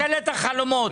ממשלת החלומות.